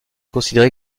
considéré